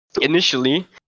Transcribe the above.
initially